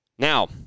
Now